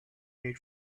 made